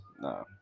no